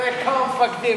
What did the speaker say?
תראה כמה מפקדים.